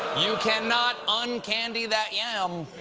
you cannot uncandy that yam.